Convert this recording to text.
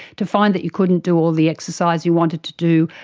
to find that you couldn't do all the exercise you wanted to do,